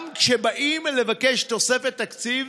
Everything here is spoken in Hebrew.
גם כשבאים לבקש תוספת תקציב,